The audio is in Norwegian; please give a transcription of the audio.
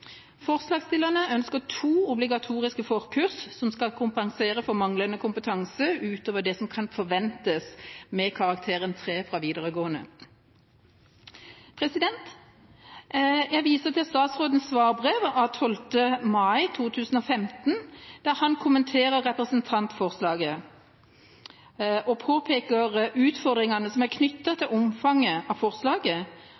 Forslagsstillerne ønsker to obligatoriske forkurs, som skal kompensere for manglende kompetanse utover det som kan forventes med karakteren 3 fra videregående skole. Jeg viser til statsrådens svarbrev av 12. mai 2015, der han kommenterer representantforslaget og påpeker utfordringene som er knyttet til omfanget av forslaget